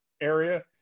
area